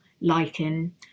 lichen